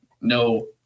no